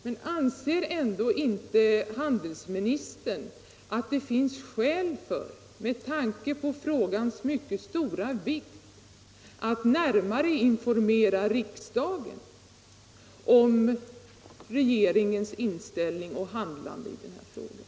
Men anser inte handelsministern ändå att det med tanke på frågans mycket stora vikt finns skäl i att närmare informera riksdagen om regeringens inställning och handlande i denna fråga?